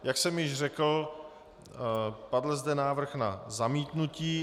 Jak jsem již řekl, padl zde návrh na zamítnutí.